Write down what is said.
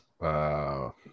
Wow